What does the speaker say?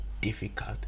difficult